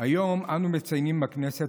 באייר תש"ח,